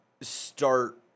start